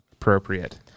appropriate